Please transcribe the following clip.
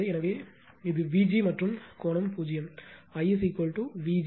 எனவே இது vg மற்றும் கோணம் 0